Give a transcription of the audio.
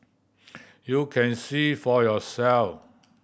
you can see for yourselves